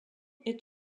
est